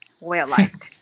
well-liked